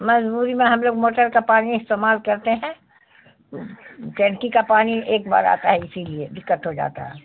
مجبوری میں ہم لوگ موٹر کا پانی استعمال کرتے ہیں ٹنکی کا پانی ایک بار آتا ہے اسی لیے دقت ہو جاتا ہے